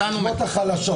השכבות החלשות.